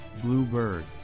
Bluebird